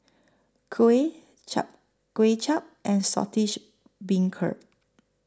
Kuih Chap Kway Chap and Saltish Beancurd